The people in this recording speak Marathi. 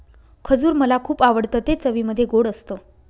खजूर मला खुप आवडतं ते चवीमध्ये गोड असत